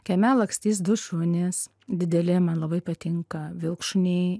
kieme lakstys du šunys dideli man labai patinka vilkšuniai